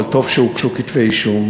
אבל טוב שהוגשו כתבי-אישום.